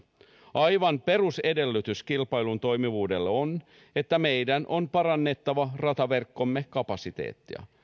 aivan perusedellytys kilpailun toimivuudelle on että meidän on parannettava rataverkkomme kapasiteettia